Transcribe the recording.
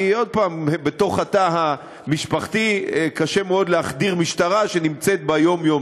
כי בתוך התא המשפחתי קשה מאוד להחדיר משטרה שנמצאת בה יום-יום,